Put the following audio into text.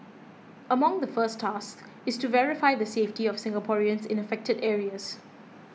among the first tasks is to verify the safety of Singaporeans in affected areas